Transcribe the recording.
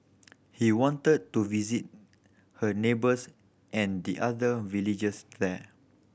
he wanted to visit her neighbours and the other villagers there